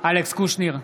אלכס קושניר,